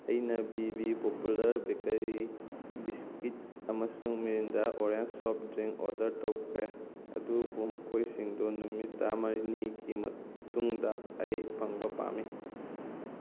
ꯑꯩꯅ B B popular bakery biscuit ꯑꯃꯁꯨꯡ Mirinda orange soft drink order ꯇꯧꯈ꯭ꯔꯦ ꯑꯗꯨꯕꯨ ꯃꯈꯣꯏꯁꯤꯡꯗꯣ ꯅꯨꯃꯤꯠ ꯇꯔꯥꯃꯔꯤꯅꯤꯒꯤ ꯃꯇꯨꯡꯗ ꯑꯩ ꯐꯪꯕ ꯄꯥꯝꯏ